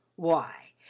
why,